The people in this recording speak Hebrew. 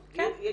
כן.